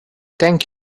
thank